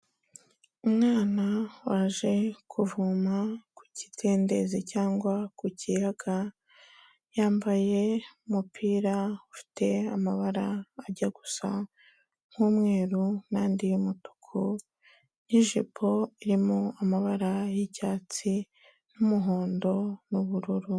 Umwana waje kuvoma ku kidendezi cyangwa ku kiyaga, yambaye umupira ufite amabara ajya gusa nk'umweru n'andi y'umutuku, n'ijipo irimo amabara y'icyatsi n'umuhondo n'ubururu.